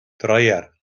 dreier